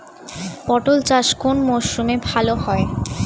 পটল চাষ কোন মরশুমে ভাল হয়?